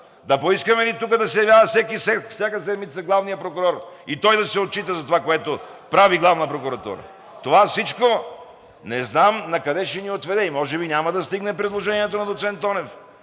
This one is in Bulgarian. Да поискаме ли тук да се явява всяка седмица главният прокурор и той да се отчита за това, което прави Главна прокуратура?! (Реплики.) Това всичко не знам накъде ще ни отведе и може би няма да стигне предложението на доцент Тонев!